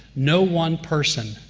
no one person,